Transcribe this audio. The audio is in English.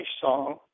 song